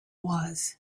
was